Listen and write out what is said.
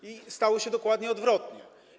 A stało się dokładnie odwrotnie.